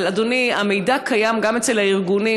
אבל אדוני, המידע קיים גם אצל הארגונים.